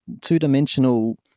two-dimensional